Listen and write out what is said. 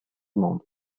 monde